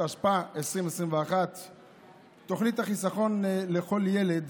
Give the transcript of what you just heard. התשפ"א 2021. תוכנית החיסכון לכל ילד